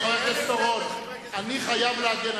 חבר הכנסת אורון, אני חייב להגן.